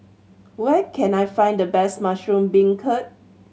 where can I find the best mushroom beancurd